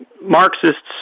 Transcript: Marxists